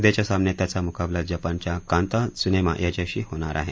उद्याच्या सामन्यात त्याचा मुकाबला जपानच्या कांता त्सुनेमा याच्याशी होणार आहे